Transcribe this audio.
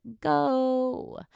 go